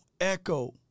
echo